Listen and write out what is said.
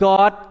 God